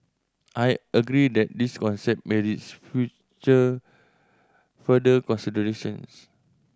I agree that this concept merits future further considerations